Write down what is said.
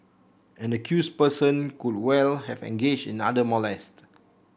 an accused person could well have engaged in other molest